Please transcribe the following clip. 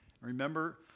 Remember